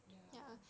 ya